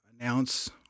announce